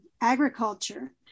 agriculture